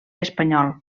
espanyol